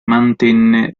mantenne